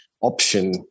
option